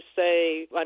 say